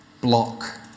block